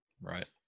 right